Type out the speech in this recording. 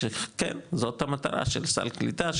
כן זאת המטרה של סל קליטה.